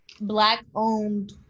black-owned